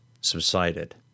subsided